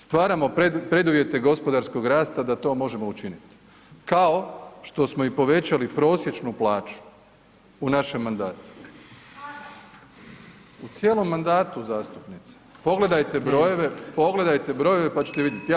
Stvaramo preduvjete gospodarskog rasta da to možemo učiniti kao što smo i povećali prosječnu plaću u našem mandatu … [[Upadica: Ne razumije se.]] u cijelom mandatu zastupnice, pogledajte brojeve, pogledajte brojeve pa ćete vidjeti.